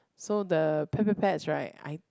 so the pet pet pets right I